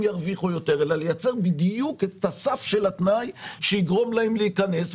ירוויחו יותר אלא לייצר בדיוק את הסף של התנאי שיגרום להם להיכנס.